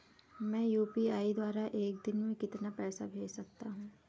मैं यू.पी.आई द्वारा एक दिन में कितना पैसा भेज सकता हूँ?